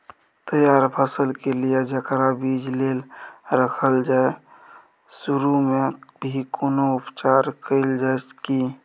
तैयार फसल के लिए जेकरा बीज लेल रखल जाय सुरू मे भी कोनो उपचार कैल जाय की?